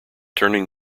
turning